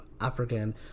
African